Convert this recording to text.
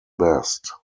best